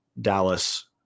dallas